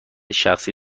شخصی